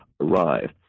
arrive